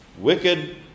wicked